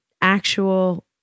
actual